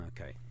Okay